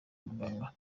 muganga